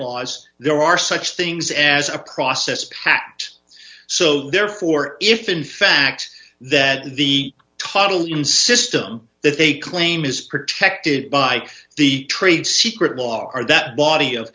laws there are such things as a process kept so therefore if in fact that the total human system that they claim is protected by the trade secret law are that body of